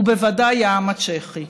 ובוודאי העם הצ'כי.